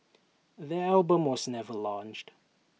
the album was never launched